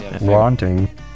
Wanting